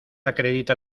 acredita